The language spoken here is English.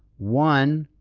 one,